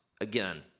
Again